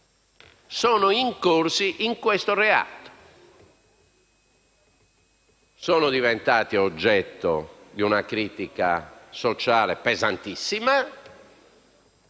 sono incorsi in questo reato, sono diventati oggetto di una critica sociale pesantissima